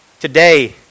Today